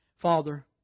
Father